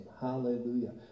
hallelujah